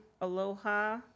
aloha